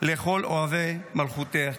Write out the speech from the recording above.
/ לכל אוהבי מלכותך.